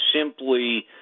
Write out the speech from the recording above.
simply